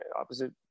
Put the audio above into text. opposite